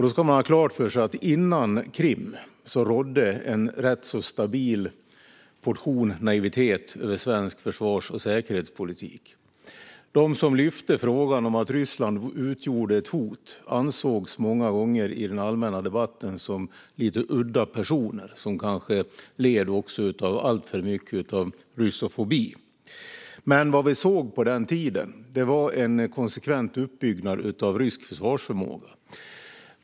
Då ska man ha klart för sig att innan Krim rådde en rätt så stabil portion naivitet i svensk försvars och säkerhetspolitik. De som lyfte fram frågan om att Ryssland utgjorde ett hot ansågs många gånger i den allmänna debatten som lite udda personer som kanske led av alltför mycket russofobi. Vad vi såg på den tiden var en konsekvent uppbyggnad av rysk försvarsförmåga.